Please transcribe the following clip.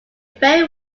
very